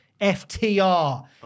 FTR